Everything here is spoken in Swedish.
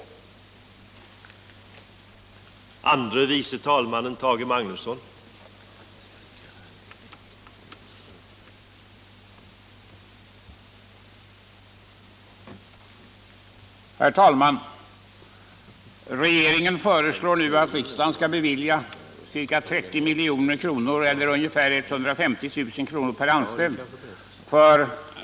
Herr talman! Jag ber att få yrka bifall till vår motion nr 44.